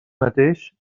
mateix